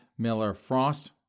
MillerFrost